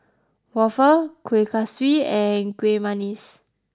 Waffle Kueh Kaswi and Kueh Manggis